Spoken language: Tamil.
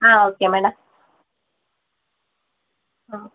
ஆ ஓகே மேடம் ஆ